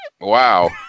Wow